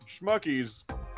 Schmuckies